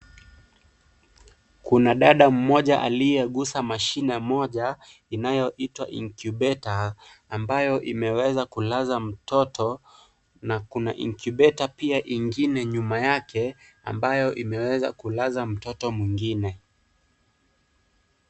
Kuna dada mmoja aliyeguza mashine moja inayoitwa incubator , ambayo imeweza kulaza mtoto na kuna incubator pia ingine nyuma yake ambayo imeweza kulaza mtoto mwingine.